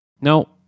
No